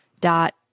dot